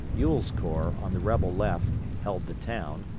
ewell's corps, on the rebel left, held the town,